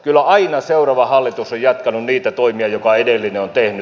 kyllä aina seuraava hallitus on jatkanut niitä toimia jotka edellinen on tehnyt